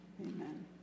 Amen